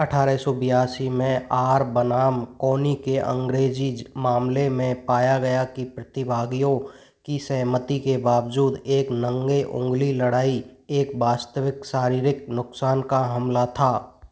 अठारह सौ बयासी में आर बनाम कोनी के अँग्रेजी मामले में पाया गया कि प्रतिभागियों की सहमति के बावजूद एक नंगे ऊँगली लड़ाई एक वास्तविक शारीरिक नुकसान का हमला था